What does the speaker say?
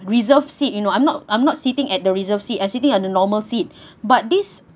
reserved seat you know I'm not I'm not sitting at the reserve seat I sitting on the normal seat but this